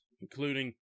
including